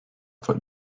foot